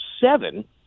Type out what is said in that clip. seven